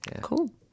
Cool